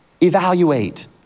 evaluate